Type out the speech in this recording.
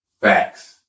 Facts